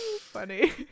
funny